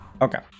Okay